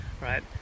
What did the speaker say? right